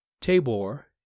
Tabor